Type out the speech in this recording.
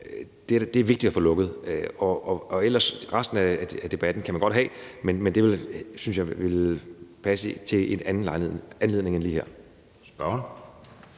hul er vigtigt at få lukket. Resten af debatten kan man godt have, men det synes jeg vil passe til en anden anledning end lige den